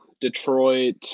Detroit